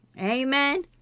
Amen